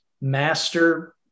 master